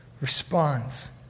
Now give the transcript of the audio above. responds